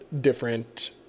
different